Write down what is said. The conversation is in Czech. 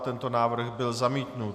Tento návrh byl zamítnut.